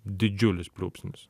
didžiulis pliūpsnis